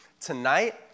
tonight